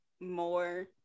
more